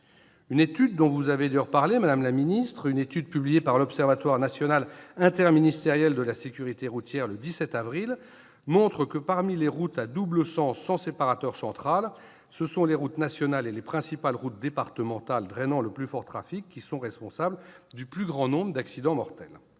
Une étude publiée par l'Observatoire national interministériel de la sécurité routière le 17 avril dernier, dont vous avez d'ailleurs parlé, madame la ministre, montre que, parmi les routes à double sens sans séparateur central, ce sont les routes nationales et les principales routes départementales drainant le plus fort trafic qui sont responsables du plus grand nombre d'accidents mortels.